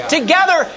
Together